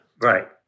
Right